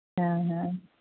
ᱦᱮᱸ ᱦᱮᱸ